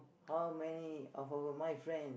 how many of our my friend